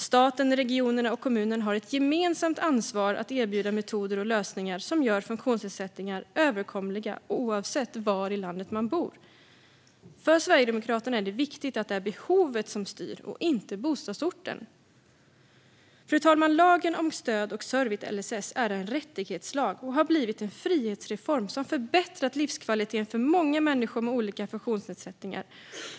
Staten, regionerna och kommunen har ett gemensamt ansvar att erbjuda metoder och lösningar som gör funktionsnedsättningar möjliga att övervinna oavsett var i landet man bor. För Sverigedemokraterna är det viktigt att det är behovet som styr och inte bostadsorten. Fru talman! Lagen om stöd och service, LSS, är en rättighetslag och har blivit en frihetsreform som förbättrat livskvaliteten för många människor med olika funktionsnedsättningar.